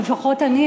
לפחות אני,